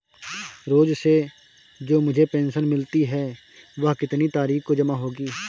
रोज़ से जो मुझे पेंशन मिलती है वह कितनी तारीख को जमा होगी?